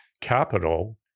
capital